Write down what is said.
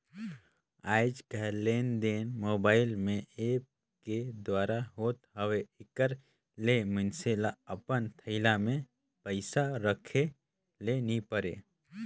आएज काएललेनदेन मोबाईल में ऐप के दुवारा होत हवे एकर ले मइनसे ल अपन थोइला में पइसा राखे ले नी परे